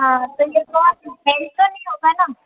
हाँ तो ये फोन हैंग तो नहीं होगा ना